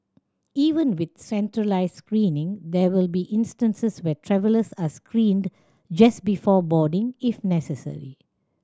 even with centralised screening there will be instances where travellers are screened just before boarding if necessary